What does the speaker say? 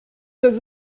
does